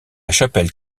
chapelle